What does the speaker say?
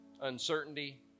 uncertainty